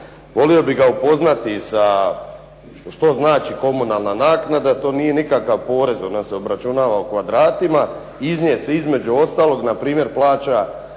Volio bih ga upoznati što znači komunalna naknada, to nije nikakav porez jer nam se obračunava u kvadratima. Iz nje se između ostalog na primjer plaća